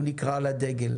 הוא נקרא לדגל.